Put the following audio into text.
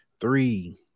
three